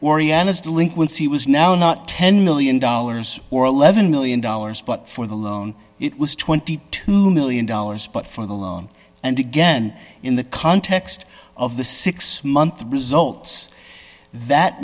oriana delinquency was now not ten million dollars or eleven million dollars but for the loan it was twenty two million dollars but for the loan and again in the context of the six month results that